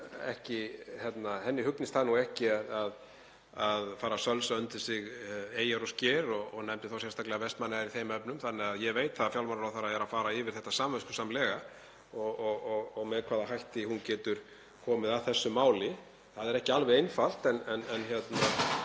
henni hugnist það ekki að fara að sölsa undir sig eyjar og sker og nefndi sérstaklega Vestmannaeyjar í þeim efnum. Ég veit að fjármálaráðherra er að fara yfir þetta samviskusamlega og með hvaða hætti hún getur komið að þessu máli. Það er ekki alveg einfalt en sú